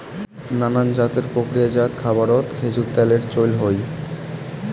নানান জাতের প্রক্রিয়াজাত খাবারত খেজুর ত্যালের চইল হই